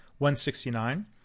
169